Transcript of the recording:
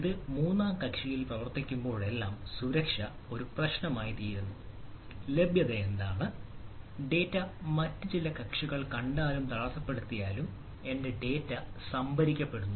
ഇത് മൂന്നാം കക്ഷിയിൽ പ്രവർത്തിക്കുമ്പോഴെല്ലാം സുരക്ഷ ഒരു പ്രശ്നമായിത്തീരുന്നു ലഭ്യത എന്താണ് ഡാറ്റ മറ്റ് ചില കക്ഷികൾ കണ്ടാലും തടസ്സപ്പെടുത്തിയാലും എന്റെ ഡാറ്റ സംഭരിക്കപ്പെടുന്നു